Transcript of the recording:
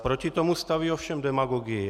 Proti tomu staví ovšem demagogii.